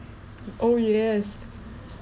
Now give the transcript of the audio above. oh yes